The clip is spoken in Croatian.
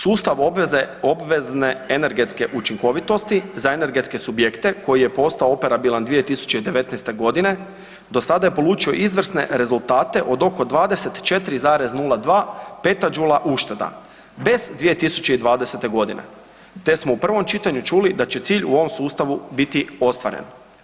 Sustav obvezne energetske učinkovitosti za energetske subjekte koji je postao operabilan 2019.g. do sada je polučio izvrsne rezultate od oko 24,02 petađula ušteda bez 2020.g., te smo u prvom čitanju čuli da će cilj u ovom sustavu biti ostvaren.